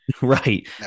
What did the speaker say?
Right